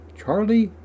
Charlie